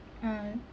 ah